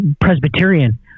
Presbyterian